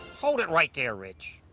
hold it right there, rich.